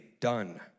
done